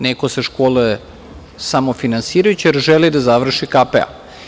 Neko se školuje samofinansirajući jer želi da završi KP.